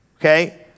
Okay